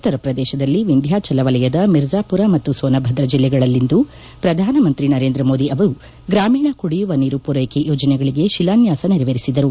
ಉತ್ತರಪ್ರದೇಶದಲ್ಲಿ ವಿಂಧ್ನಾಚಲ ವಲಯದ ಮಿರ್ಜಾಪುರ ಮತ್ತು ಸೋನಭದ್ರ ಜಿಲ್ಲೆಗಳಲ್ಲಿ ಇಂದು ಪ್ರಧಾನಮಂತ್ರಿ ನರೇಂದ್ರ ಮೋದಿ ಅವರು ಗ್ರಾಮೀಣ ಕುಡಿಯುವ ನೀರು ಪೂರ್ನೆಕೆ ಯೋಜನೆಗಳಿಗೆ ಶಿಲಾನ್ಲಾಸ ನೆರವೇರಿಸಿದರು